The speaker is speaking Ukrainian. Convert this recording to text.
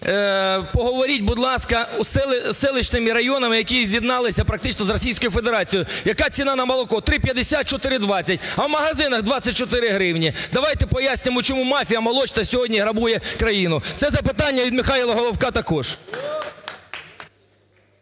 поговоріть, будь ласка, з селищними районами, які з'єдналися практично з Російською Федерацією. Яка ціна на молоко? 3.50-4.20, а в магазинах 24 гривні. Давайте пояснимо, чому мафія молочна сьогодні грабує країну? Це запитання від Михайла Головка також.